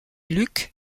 luc